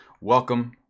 Welcome